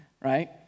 right